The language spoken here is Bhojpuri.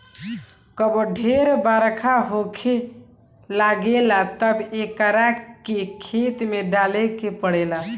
कबो ढेर बरखा होखे लागेला तब एकरा के खेत में डाले के पड़ेला